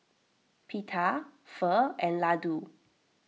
Pita Pho and Ladoo